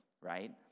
right